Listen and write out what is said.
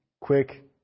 quick